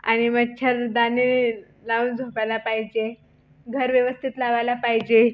आणि मच्छरदाणी लावून झोपायला पाहिजे घर व्यवस्थित लावायला पाहिजे